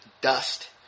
dust